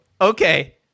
okay